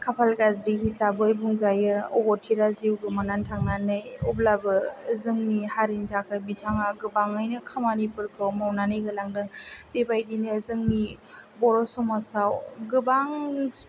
खाफाल गाज्रि हिसाबै बुंजायो अबथिरा जिउ गोमानानै थांनानै अब्लाबो जोंनि हारिनि थाखाय बिथाङा गोबाङैनो खामानिफोरखौ मावनानै होलांदों बेबायदिनो जोंनि बर' समाजाव गोबां